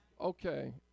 Okay